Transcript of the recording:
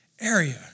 area